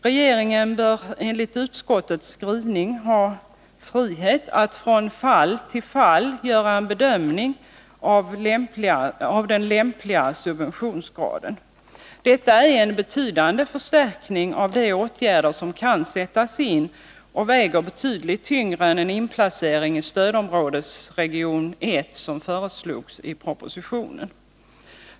Regeringen bör enligt utskottets skrivning ha frihet att från fall till fall göra en bedömning av den lämpliga subventionsgraden. Detta är en betydande förstärkning av de åtgärder som kan sättas in och väger betydligt tyngre än en inplacering i stödområdesregion 1, vilket föreslogs i propositionen.